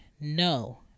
no